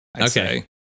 okay